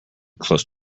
close